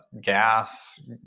gas